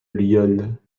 lyonne